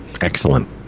excellent